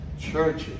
churches